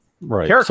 right